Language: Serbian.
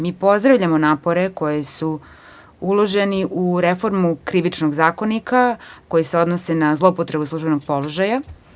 Mi pozdravljamo napore koji su uloženi u reformu Krivičnog zakonika, koji se odnosi na zloupotrebu službenog položaja.